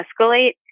escalate